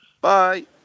Bye